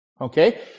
Okay